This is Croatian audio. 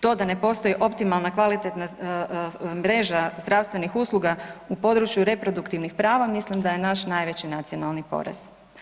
To da ne postoji optimalna kvalitetna mreža zdravstvenih usluga u području reproduktivnih prava, mislim da je naš najveći nacionalni porez.